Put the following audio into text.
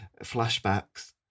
flashbacks